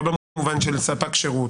לא במובן של ספק שירות,